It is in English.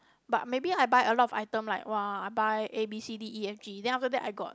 but maybe I buy a lot of item like !whoa! I buy A B C D E F G then after that I got